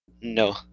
No